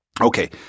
Okay